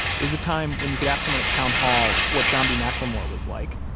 it was a time when you could ask someone at town hall what john b. mclemore was like,